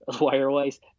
wire-wise